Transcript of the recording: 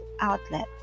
outlet